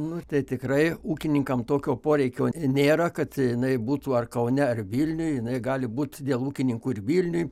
nu tai tikrai ūkininkam tokio poreikio nėra kad jinai būtų ar kaune ar vilniuj jinai gali būti dėl ūkininkų ir vilniuj